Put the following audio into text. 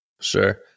Sure